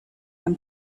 and